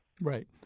Right